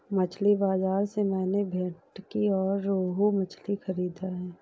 मछली बाजार से मैंने भेंटकी और रोहू मछली खरीदा है